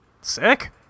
Sick